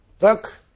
Look